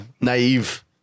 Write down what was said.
Naive